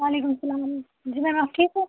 وعلیکم اسلام جی میم آپ ٹھیٖکھ ہو